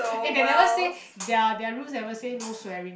and they never say their their rule never say no swirling